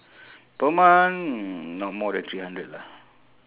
per month not more than three hundred lah